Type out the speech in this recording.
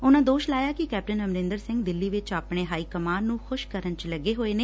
ਉਨਾਂ ਦੋਸ਼ ਲਾਇਆ ਕਿ ਕੈਪਟਨ ਅਮਰਿੰਦਰ ਸਿੰਘ ਦਿੱਲੀ ਵਿਚ ਆਪਣੇ ਹਾਈਕਮਾਨ ਨ੍ੰ ਖੁਸ਼ ਕਰਨ ਚ ਲੱਗੇ ਹੈਏ ਨੇ